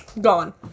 gone